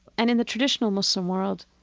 and in the traditional muslim world,